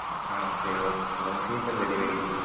ஆ சரி okay sir கொஞ்சம் சீக்கிரம் டெலிவரி பண்ணுங்கள்